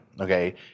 okay